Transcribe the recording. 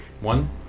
One